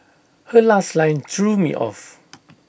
her last line threw me off